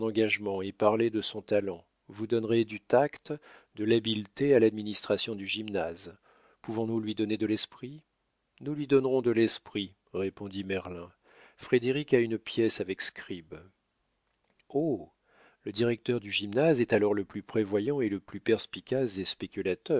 engagement et parlez de son talent vous donnerez du tact de l'habileté à l'administration du gymnase pouvons-nous lui donner de l'esprit nous lui donnerons de l'esprit répondit merlin frédéric a une pièce avec scribe oh le directeur du gymnase est alors le plus prévoyant et le plus perspicace des spéculateurs